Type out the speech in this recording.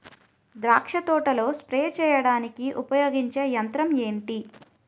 ద్రాక్ష తోటలో స్ప్రే చేయడానికి ఉపయోగించే యంత్రం ఎంటి?